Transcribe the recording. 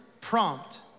prompt